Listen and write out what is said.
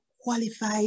qualified